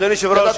אדוני היושב-ראש,